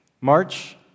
March